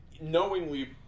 knowingly